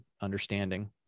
understanding